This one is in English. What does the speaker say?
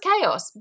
chaos